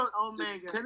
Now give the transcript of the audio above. Omega